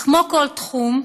אך כמו כל תחום,